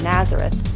Nazareth